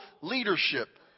leadership